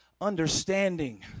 understanding